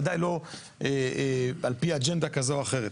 ודאי לא על פי אג'נדה כזו או אחרת.